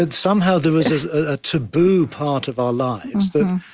and somehow there was a taboo part of our lives that,